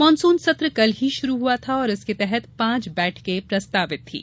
monsoon सत्र कल ही शुरू हुआ था और इसके तहत पांच बैठकें प्रस्तावित थीं